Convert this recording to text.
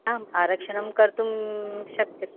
आम् आरक्षणं कर्तुं शक्यते